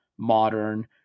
modern